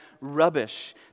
rubbish